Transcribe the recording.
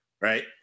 Right